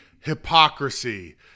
hypocrisy